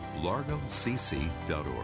largocc.org